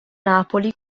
napoli